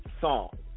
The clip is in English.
song